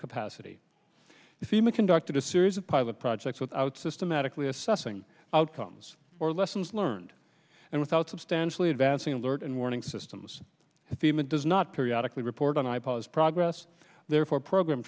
capacity if ema conducted a series of pilot projects without systematically assessing outcomes or lessons learned and without substantially advancing alert and warning systems fema does not periodic we report on i pause progress therefore program